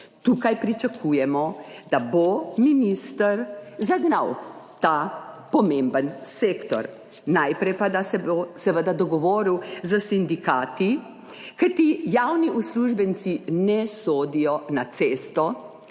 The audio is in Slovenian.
Tukaj pričakujemo, da bo minister zagnal ta pomemben sektor. Najprej pa, da se bo seveda dogovoril s sindikati, kajti javni uslužbenci ne sodijo na cesto,